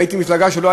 והייתי במפלגה שלו,